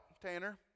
Tanner